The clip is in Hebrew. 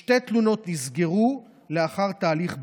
שתי תלונות נסגרו לאחר תהליך בירור: